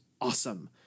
awesome